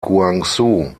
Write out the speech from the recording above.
guangzhou